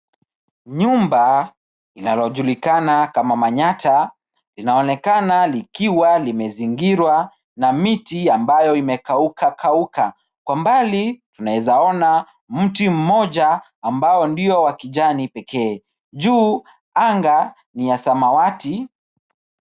Nyumba inayo julikana kama manyatta inaonekana likiwa limezingirwa na miti ambayo imekauka kauka. Kwa mbali tunaweza ona mti mmoja ambao ndio wa kijani pekee. Juu anga ni ya samawati.